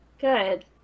Good